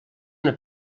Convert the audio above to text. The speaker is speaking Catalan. una